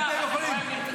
ואתם אותו דבר,